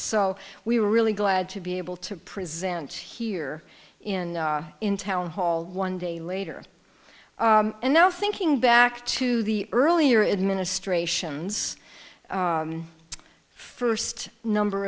so we were really glad to be able to present here in in town hall one day later and now thinking back to the earlier administration's first number